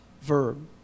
verb